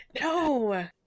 no